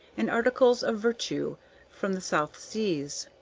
and articles of vertu from the south seas.